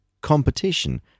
competition